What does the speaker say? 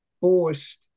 forced